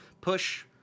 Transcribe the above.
push